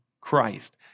Christ